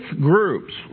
groups